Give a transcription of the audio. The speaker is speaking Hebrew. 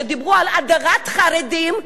ודיברו על הדרת חרדים,